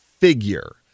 figure